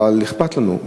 אבל אכפת לנו,